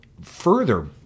further